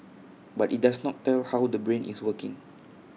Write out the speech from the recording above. but IT does not tell how the brain is working